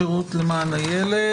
שירות למען הילד.